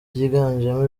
byiganjemo